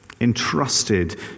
entrusted